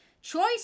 choice